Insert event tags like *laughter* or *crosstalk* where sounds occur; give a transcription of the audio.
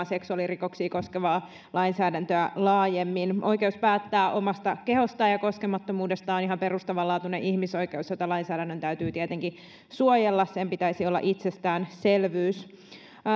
*unintelligible* seksuaalirikoksia koskevaa lainsäädäntöä laajemmin oikeus päättää omasta kehostaan ja koskemattomuudestaan on ihan perustavanlaatuinen ihmisoikeus jota lainsäädännön täytyy tietenkin suojella sen pitäisi olla itsestäänselvyys